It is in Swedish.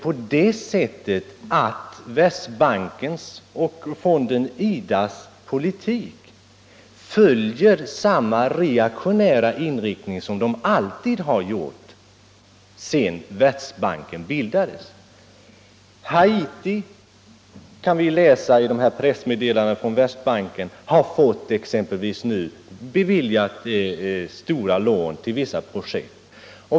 Tvärtom följer Världsbankens och IDA:s politik samma reaktionära inriktning som den alltid har gjort sedan Världsbanken bildades. Exempelvis Haiti — det kan vi läsa i pressmedelandena från Världsbanken -— har fått stora lån beviljade till vissa projekt.